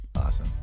Awesome